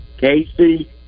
Casey